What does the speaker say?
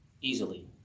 easily